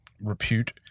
repute